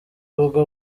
ubwo